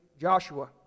Joshua